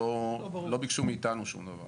לא ביקשו מאיתנו שום דבר.